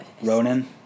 Ronan